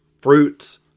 fruits